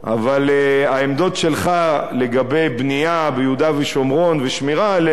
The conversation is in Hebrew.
אבל העמדות שלך לגבי בנייה ביהודה ושומרון ושמירה עליה,